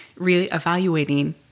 reevaluating